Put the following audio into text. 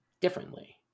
differently